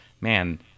man